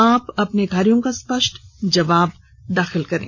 आप अपने कार्यों का स्पष्ट जवाब दाखिल करें